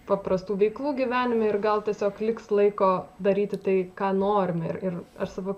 paprastų veiklų gyvenime ir gal tiesiog liks laiko daryti tai ką norime ir aš savo